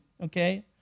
okay